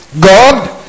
God